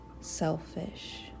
selfish